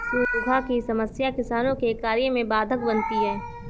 सूखा की समस्या किसानों के कार्य में बाधक बनती है